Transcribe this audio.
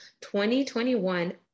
2021